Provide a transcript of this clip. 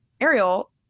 ariel